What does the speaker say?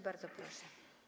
Bardzo proszę.